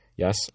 Yes